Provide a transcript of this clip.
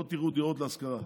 לא תראו דירות להשכרה.